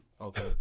okay